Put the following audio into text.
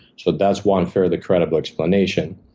so that's one fairly credible explanation.